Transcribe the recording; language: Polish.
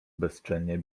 bezczelnie